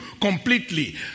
completely